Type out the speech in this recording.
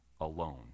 alone